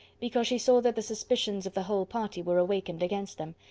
because she saw that the suspicions of the whole party were awakened against them,